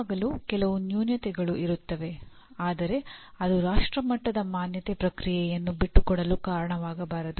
ಯಾವಾಗಲೂ ಕೆಲವು ನ್ಯೂನತೆಗಳು ಇರುತ್ತವೆ ಆದರೆ ಅದು ರಾಷ್ಟ್ರಮಟ್ಟದ ಮಾನ್ಯತೆ ಪ್ರಕ್ರಿಯೆಯನ್ನು ಬಿಟ್ಟುಕೊಡಲು ಕಾರಣವಾಗಬಾರದು